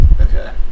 Okay